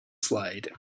slide